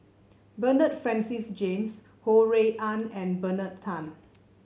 Bernard Francis James Ho Rui An and Bernard Tan